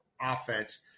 offense